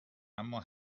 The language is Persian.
اما